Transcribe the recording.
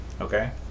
Okay